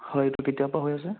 হয় এইটো কেতিয়াৰ পৰা হৈ আছে